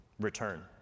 Return